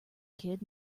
kid